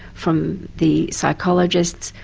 from the psychologists,